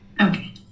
Okay